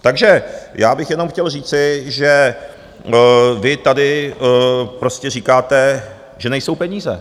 Takže já bych jenom chtěl říci, že vy tady prostě říkáte, že nejsou peníze.